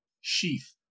sheath